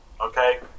Okay